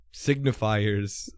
signifiers